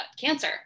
cancer